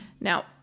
Now